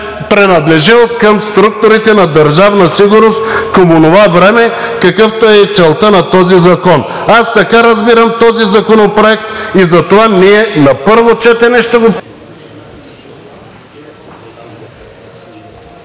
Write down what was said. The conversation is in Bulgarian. принадлежал към структурите на Държавна сигурност към онова време, каквато е целта на този закон. Аз така разбирам този законопроект и затова ние на първо четене ще го